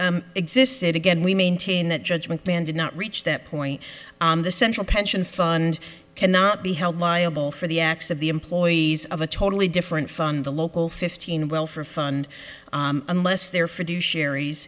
assists existed again we maintain that judgment ban did not reach that point the central pension fund cannot be held liable for the acts of the employees of a totally different fund the local fifteen well for fund unless they're for do sherry